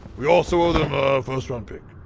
we also owe them a first-round pick